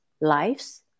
lives